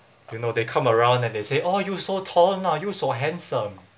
you know they come around and they say oh you so tall now you so handsome